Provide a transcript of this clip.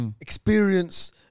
experience